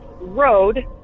road